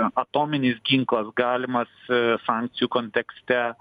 atominis ginklas galimas sankcijų kontekste